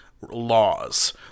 Laws